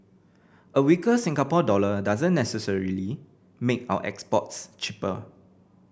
a weaker Singapore dollar doesn't necessarily make our exports cheaper